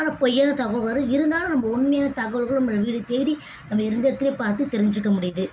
ஆனால் பொய்யான தகவல் வரும் இருந்தாலும் நம்ம உண்மையான தகவல்களும் நம்ம வீடு தேடி நம்ம இருந்த இடத்துலே பார்த்து தெரிஞ்சிக்க முடியுது